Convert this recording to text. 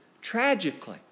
tragically